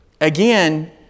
Again